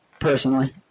Personally